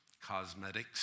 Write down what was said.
Cosmetics